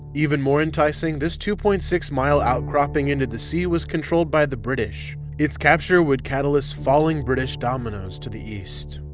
even more enticing, this two point six mile outcropping into the sea was controlled by the british its capture would catalyst falling british dominoes to the east.